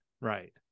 right